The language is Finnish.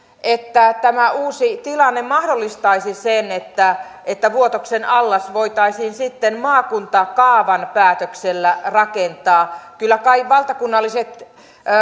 että tämä uusi tilanne mahdollistaisi sen että että vuotoksen allas voitaisiin sitten maakuntakaavan päätöksellä rakentaa kyllä kai valtakunnalliset